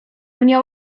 mnie